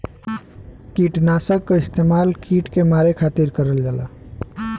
किटनाशक क इस्तेमाल कीट के मारे के खातिर करल जाला